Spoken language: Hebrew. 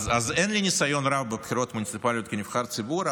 אז אין לי ניסיון רב בבחירות מוניציפליות כנבחר ציבור,